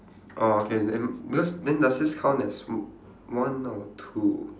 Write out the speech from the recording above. orh okay then because then does this count as w~ one or two